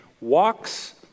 walks